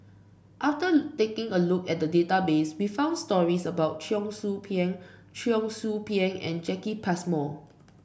after taking a look at the database we found stories about Cheong Soo Pieng Cheong Soo Pieng and Jacki Passmore